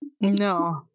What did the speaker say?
No